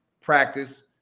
practice